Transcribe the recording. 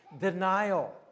denial